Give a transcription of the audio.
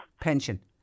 pension